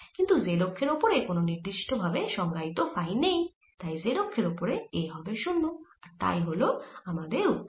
কিন্তু z অক্ষের ওপরে কোন নির্দিষ্ট ভাবে সংজ্ঞায়িত ফাই নেই তাই z অক্ষের ওপর A হবে 0 আর তাই হল আমাদের উত্তর